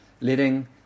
letting